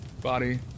body